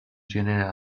genere